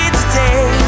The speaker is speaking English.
today